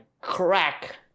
crack